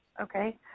Okay